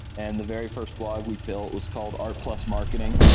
and the very first blog we built was called art plus marketing,